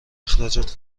اخراجت